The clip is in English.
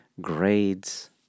grades